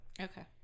Okay